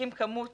כמות